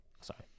Sorry